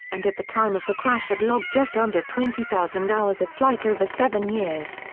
and at the time of the crash had logged just under twenty thousand hours of flight over seven years.